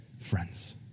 friends